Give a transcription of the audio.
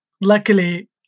luckily